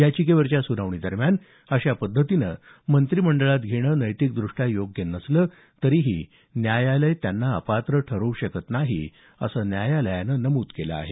याचिकेवरच्या सुनावणीदरम्यान अशा पद्धतीनं मंत्रिमंडळात घेणं नैतिकदृष्ट्या योग्य नसलं तरी न्यायालय त्यांना अपात्र ठरवू शकत नाही असं न्यायालयानं नमूद केलं आहे